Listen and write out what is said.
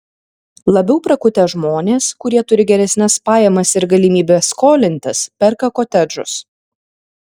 labiau prakutę žmonės kurie turi geresnes pajamas ir galimybes skolintis perka kotedžus